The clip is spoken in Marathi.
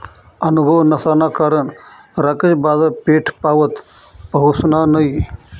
अनुभव नसाना कारण राकेश बाजारपेठपावत पहुसना नयी